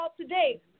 today